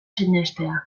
sinestea